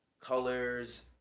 colors